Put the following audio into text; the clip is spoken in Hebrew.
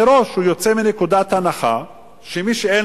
מראש הוא יוצא מנקודת הנחה שמי שאין